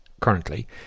currently